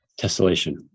Tessellation